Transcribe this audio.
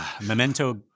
memento